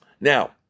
Now